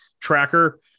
tracker